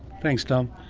thanks tom.